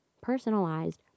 personalized